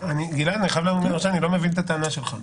גלעד, אני חייב לומר שאני לא מבין את הטענה שלך.